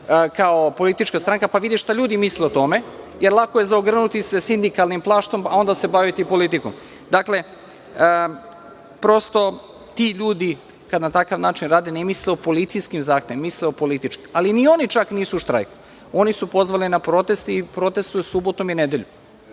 kao politička stranka, pa vide šta ljudi misle o tome, jer lako je ogrnuti se sindikalnim plaštom, a onda se baviti politikom. Dakle, prosto ti ljudi kada na takav način rade ne misle o policijskim zahtevima, misle o političkim, ali ni oni čak nisu u štrajku. Oni su pozvali na protest i protestvuju subotom i nedeljom